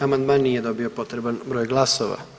Amandman nije dobio potreban broj glasova.